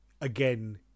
again